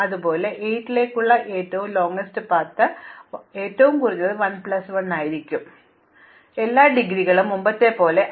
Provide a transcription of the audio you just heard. അതുപോലെ 8 ലേക്കുള്ള ഏറ്റവും ദൈർഘ്യമേറിയ പാത കുറഞ്ഞത് 1 പ്ലസ് 1 ഉം ആയിരിക്കണം തീർച്ചയായും ഡിഗ്രികളും മുമ്പത്തെപ്പോലെ കുറയും